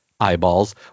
eyeballs